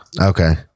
Okay